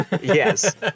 Yes